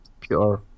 Pure